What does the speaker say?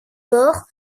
port